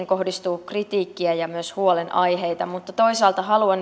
kohdistuu kritiikkiä ja myös huolenaiheita mutta toisaalta haluan